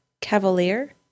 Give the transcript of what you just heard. Cavalier